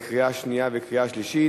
בקריאה שנייה וקריאה שלישית.